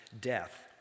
death